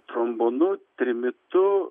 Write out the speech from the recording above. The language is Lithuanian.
trombonu trimitu